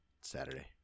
Saturday